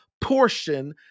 portion